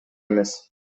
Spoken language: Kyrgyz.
эмес